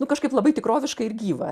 nu kažkaip labai tikroviška ir gyva